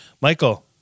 Michael